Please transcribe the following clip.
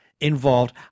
involved